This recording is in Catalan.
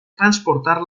transportar